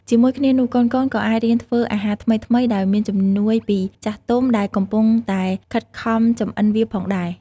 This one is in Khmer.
ជាមួយគ្នានោះ កូនៗក៏អាចរៀនធ្វើអាហារថ្មីៗដោយមានជំនួយពីចាស់ទុំ ដែលកំពុងតែខិតខំចម្អិនវាផងដែរ ។